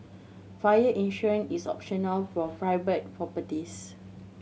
fire insurance is optional for private properties